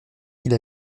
qu’il